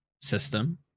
system